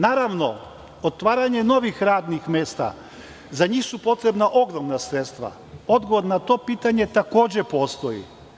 Naravno, otvaranje novih radnih mesta, za njih su potrebna ogromna sredstva, odgovor na to pitanje takođe postoji.